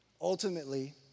Ultimately